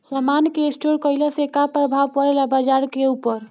समान के स्टोर काइला से का प्रभाव परे ला बाजार के ऊपर?